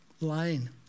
line